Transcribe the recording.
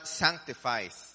sanctifies